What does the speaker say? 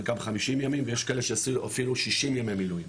חלקם 50 ימים ויש כאלו שעשו אפילו 60 ימי מילואים,